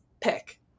pick